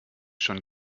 schon